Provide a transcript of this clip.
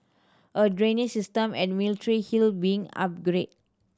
a drainage system at Military Hill being upgraded